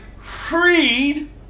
freed